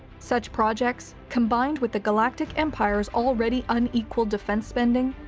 such projects, combined with the galactic empire's already unequalled defense spending,